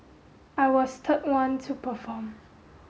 I was the third one to perform